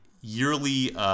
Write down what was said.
yearly